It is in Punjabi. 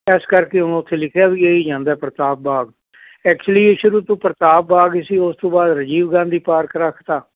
ਇਸ ਕਰਕੇ ਹੁਣ ਉੱਥੇ ਲਿਖਿਆ ਵੀ ਇਹੀ ਜਾਂਦਾ ਪ੍ਰਤਾਪ ਬਾਗ ਐਕਚੁਲੀ ਸ਼ੁਰੂ ਤੋਂ ਪ੍ਰਤਾਪ ਬਾਗ ਸੀ ਉਸ ਤੋਂ ਬਾਅਦ ਰਾਜੀਵ ਗਾਂਧੀ ਪਾਰਕ ਰੱਖਤਾ